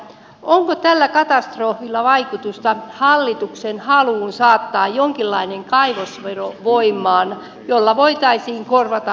onko tällä katastrofilla vaikutusta hallituksen haluun saattaa voimaan jonkinlainen kaivosvero jolla voitaisiin korvata aiheutettuja ympäristövahinkoja